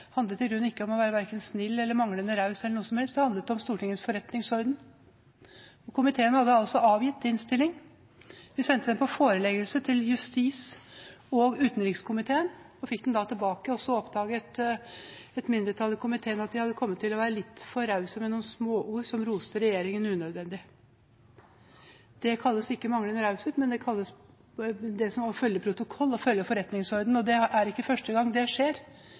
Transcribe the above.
handlet i grunnen ikke om å være snill eller om manglende raushet eller noe som helst, det handlet om Stortingets forretningsorden. Komiteen hadde altså avgitt innstilling. Vi sendte den til foreleggelse for justis- og utenrikskomiteen og fikk den tilbake. Så oppdaget et mindretall i komiteen at de hadde kommet til å være litt for rause med noen småord som roste regjeringen unødvendig. Dette kalles ikke manglende raushet, det kalles å følge protokoll og å følge forretningsordenen. Det er ikke første gang det skjer,